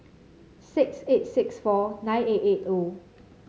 six eight six four nine eight eight O